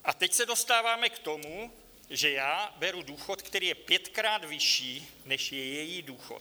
A teď se dostáváme k tomu, že já beru důchod, který je pětkrát vyšší, než je její důchod.